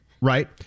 Right